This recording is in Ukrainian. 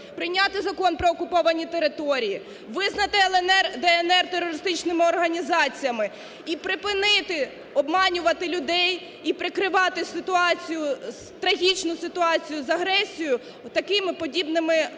прийняти Закон про окуповані території, визнати "ЛНР", "ДНР" терористичними організаціями і припинити обманювати людей і прикривати ситуацію, трагічну ситуацію з агресією такими подібними голосуваннями,